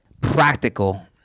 practical